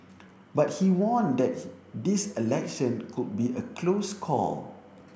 but he warned that this election could be a close call